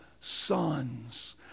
sons